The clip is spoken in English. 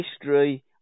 history